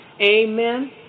Amen